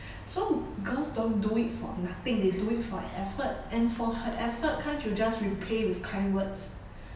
so girls don't do it for nothing they do it for effort and for her effort can't you just repay with kind words